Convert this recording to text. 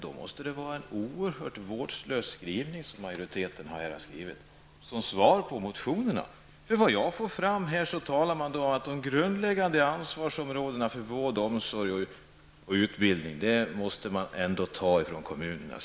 Då måste det vara en oerhört vårdslös skrivning som majoriteten har gjort som svar på motionerna. Vad jag får fram säger man att det grundläggande ansvaret för vård, omsorg och utbildning måste tas av kommunerna.